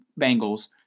Bengals